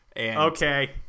Okay